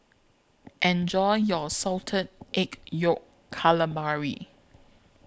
Enjoy your Salted Egg Yolk Calamari